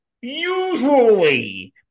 usually